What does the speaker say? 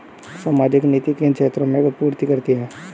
सामाजिक नीति किन क्षेत्रों की पूर्ति करती है?